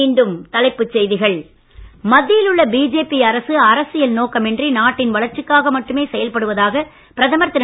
மீண்டும் தலைப்புச் செய்திகள் மத்தியில் உள்ள பிஜேபி அரசு அரசியல் நோக்கமின்றி நாட்டின் வளர்ச்சிக்காக மட்டுமே செயல்படுவதாக பிரதமர் திரு